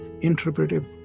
interpretive